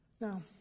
Now